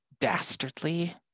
dastardly